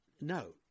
No